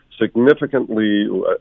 significantly